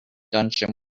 dungeon